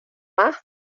más